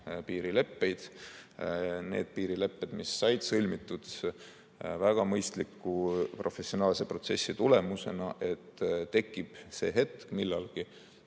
piirileppeid, neid piirileppeid, mis said sõlmitud väga mõistliku professionaalse protsessi tulemusena, ja tekib millalgi